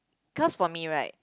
cause for me right